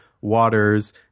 waters